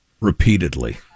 Repeatedly